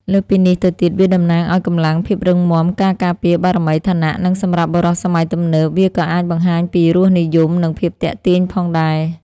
លើសពីនេះទៅទៀត វាតំណាងឲ្យ កម្លាំង ភាពរឹងមាំ ការការពារ បារមី ឋានៈ និងសម្រាប់បុរសសម័យទំនើប វាក៏អាចបង្ហាញពីរសនិយម និងភាពទាក់ទាញផងដែរ។